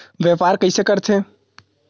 व्यापार कइसे करथे?